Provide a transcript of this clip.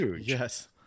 Yes